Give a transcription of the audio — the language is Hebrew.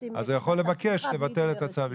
אז הוא יכול לבקש לבטל את הצו עיכוב.